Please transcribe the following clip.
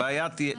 הבעיה תהיה,